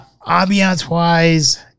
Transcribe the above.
ambiance-wise